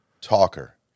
talker